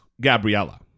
Gabriella